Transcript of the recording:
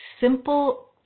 simple